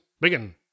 begin